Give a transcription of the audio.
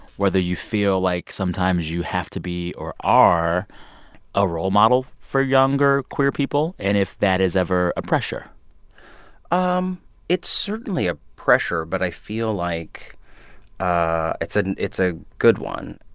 whether you feel like sometimes you have to be or are a role model for younger queer people, and if that is ever a pressure um it's certainly a pressure. but i feel like ah it's a it's a good one.